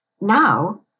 Now